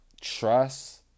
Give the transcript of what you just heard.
Trust